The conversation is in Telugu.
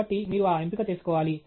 కాబట్టి మీరు ఆ ఎంపిక చేసుకోవాలి